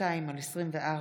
פ/1292/24